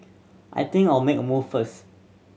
I think I'll make a move first